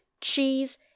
cheese